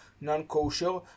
non-kosher